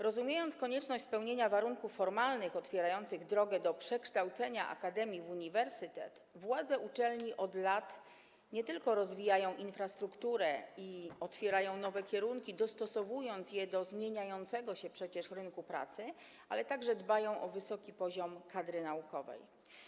Rozumiejąc konieczność spełnienia warunków formalnych otwierających drogę do przekształcenia akademii w uniwersytet, władze uczelni od lat nie tylko rozwijają infrastrukturę i otwierają nowe kierunki, dostosowując je do zmieniającego się przecież rynku pracy, ale także dbają o wysoki poziom kadry naukowej.